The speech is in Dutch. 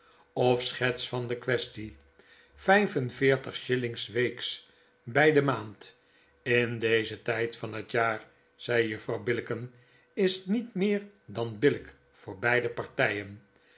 of schets van de quaestie vgf en veertig shillings s weeks bgdemaand in dezen tgd van het jaar zei juffrouw billicken is niet meer dan billgk voor beide partgen